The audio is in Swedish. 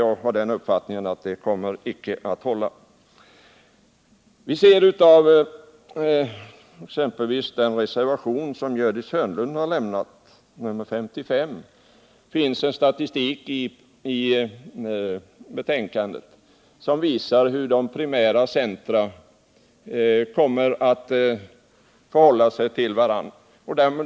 Jag har som sagt uppfattningen att detta icke kommer att hålla. I reservationen 55, som avgivits av Gördis Hörnlund, finns en statistik som visar hur de primära centra kommer att förhålla sig till varandra.